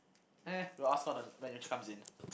!eh! we'll ask her when she comes in